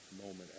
moment